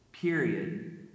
period